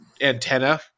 antenna